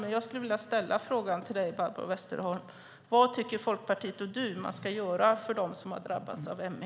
Men jag skulle vilja ställa frågan till dig, Barbro Westerholm: Vad tycker Folkpartiet och du att man ska göra för dem som har drabbats av ME?